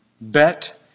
bet